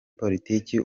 politiki